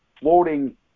floating